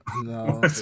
No